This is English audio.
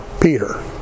Peter